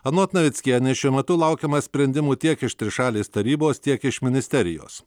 anot navickienės šiuo metu laukiama sprendimų tiek iš trišalės tarybos tiek iš ministerijos